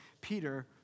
Peter